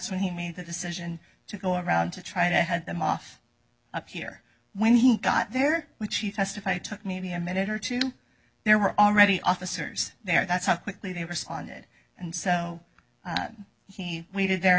when he made the decision to go around to try to head them off up here when he got there which he testify took maybe a minute or two there were already officers there that's how quickly they responded and so he waited